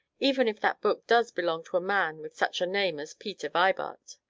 even if that book does belong to a man with such a name as peter vibart.